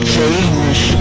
Change